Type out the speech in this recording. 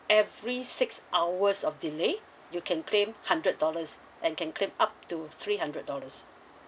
every six hours of delay you can claim hundred dollars and can claim up to three hundred dollars